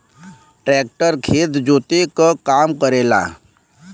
tractor खेत जोते क काम करेला